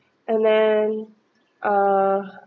and then uh